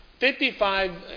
55